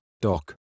doc